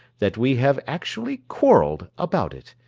that we have actually quarrelled about it,